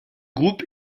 groupe